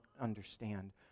understand